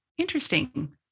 Interesting